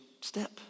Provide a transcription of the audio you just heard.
step